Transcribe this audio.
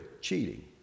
cheating